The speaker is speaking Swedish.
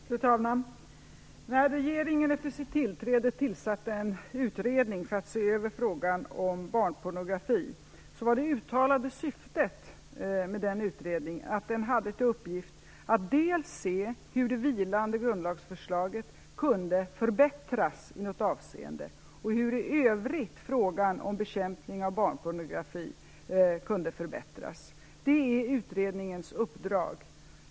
Fru talman! När regeringen efter sitt tillträde tillsatte en utredning för att se över frågan om barnpornografi var det uttalade syftet att utredningen hade till uppgift att se dels hur det vilande grundlagsförslaget kunde förbättras i något avseende, dels hur bekämpningen av barnpornografi i övrigt kunde förbättras. Detta är utredningens uppdrag.